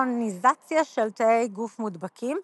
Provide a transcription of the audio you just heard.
אופסוניזציה של תאי גוף מודבקים.